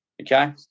okay